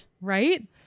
Right